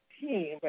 team